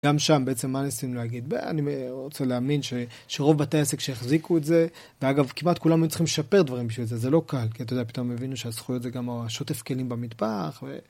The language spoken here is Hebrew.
גם שם בעצם מה ניסינו להגיד, אני רוצה להאמין שרוב בתי העסק שיחזיקו את זה, ואגב כמעט כולנו צריכים לשפר דברים בשביל זה, זה לא קל, כי אתה יודע, פתאום הבינו שהזכויות זה גם השוטף כלים במטבח.